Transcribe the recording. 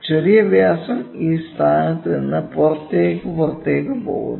ചെറിയ വ്യാസം ഈ സ്ഥാനത്ത് നിന്ന് പുറത്തേക്ക് പുറത്തേക്ക് പോകുന്നു